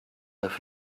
have